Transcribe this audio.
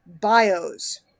bios